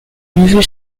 neveu